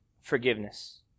forgiveness